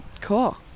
cool